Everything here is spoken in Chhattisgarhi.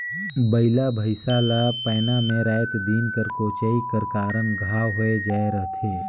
बइला भइसा ला पैना मे राएत दिन कर कोचई कर कारन घांव होए जाए रहथे